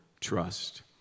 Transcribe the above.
trust